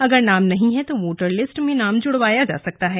अगर नाम नहीं है तो वोटर लिस्ट में नाम जुड़वाया जा सकता है